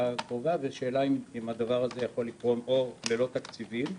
הקרובה והשאלה אם הדבר הזה יכול לתרום אור ללא תקציבים.